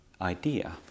idea